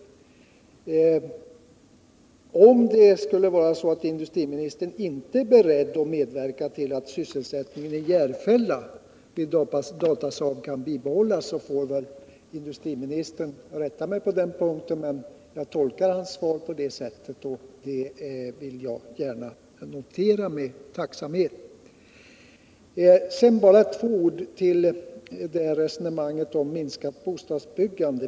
Om det skulle vara så att industriministern inte är beredd att medverka till att sysselsättningen vid Datasaab i Järfälla kan bibehållas, får väl industriministern rätta mig på den punkten, men om min tolkning är riktig vill jag notera industriministerns uttalande med tacksamhet. Sedan bara ett par ord med anledning av resonemanget om minskningen av bostadsbyggandet.